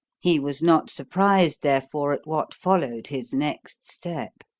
he was not surprised, therefore, at what followed his next step.